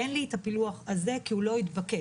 אין לי הפילוח הזה כי הוא לא התבקש.